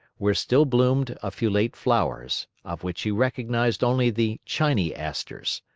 where still bloomed a few late flowers, of which he recognized only the chiny asters.